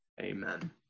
Amen